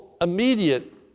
immediate